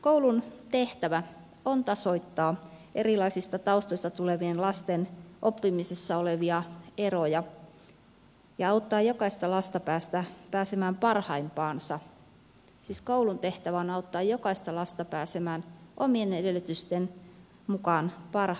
koulun tehtävä on tasoittaa erilaisista taustoista tulevien lasten oppimisessa olevia eroja ja auttaa jokaista lasta pääsemään parhaimpaansa siis koulun tehtävä on auttaa jokaista lasta pääsemään omien edellytysten mukaan parhaimpaansa